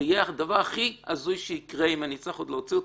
ויהיה הדבר הכי הזוי שיקרה אם אצטרך עוד להוציא אותך,